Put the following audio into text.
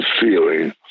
feeling